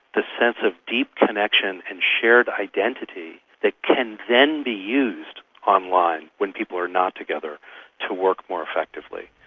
the sense of deep connection and shared identity that can then be used online when people are not together to work more effectively.